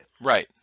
Right